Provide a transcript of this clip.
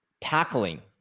tackling